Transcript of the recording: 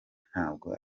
ntabwo